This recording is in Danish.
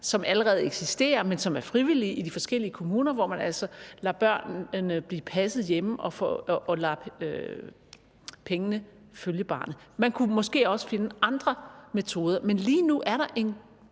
som allerede eksisterer, men som er frivillig, i de forskellige kommuner, hvor man altså lader børnene blive passet hjemme og lade pengene følge barnet. Man kunne måske også finde andre metoder, men lige nu er der et